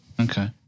Okay